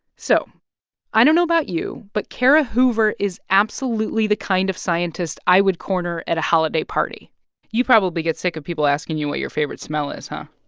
so i don't know about you, but kara hoover is absolutely the kind of scientist i would corner at a holiday party you probably get sick of people asking you what your favorite smell is, huh?